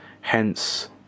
hence